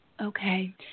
Okay